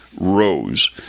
rose